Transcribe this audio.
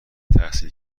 تحصیل